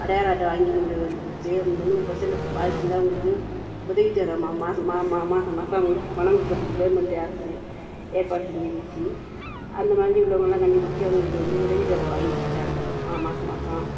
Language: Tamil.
அடையாள அட்டை வாங்கி கொண்டு வந்து கொடுத்து நூறு பர்சன்ட் பாதித்திருந்தா அவங்களுக்கு உதவித்தொகை மாதம் மாதம் அவங்களுக்கு பணம் கொடுக்குறதுக்கு கவர்மெண்ட் அரசு ஏற்பாடு செஞ்சிருந்துச்சு அந்த மாதிரி உள்ளவங்கள்லாம் கண்டுபிடிச்சி அவங்களுக்கு வந்து உதவி தொகை வாங்கி கொடுத்தேன் மாதம் மாதம்